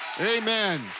Amen